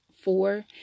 four